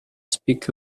speak